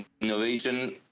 innovation